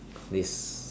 this